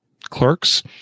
clerks